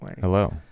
Hello